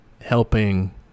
helping